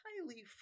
highly